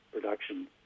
production